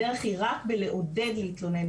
הדרך היא רק בלעודד להתלונן.